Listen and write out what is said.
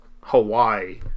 hawaii